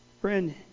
Friend